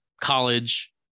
college